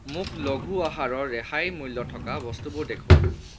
মোক লঘু আহাৰৰ ৰেহাই মূল্য থকা বস্তুবোৰ দেখুওৱা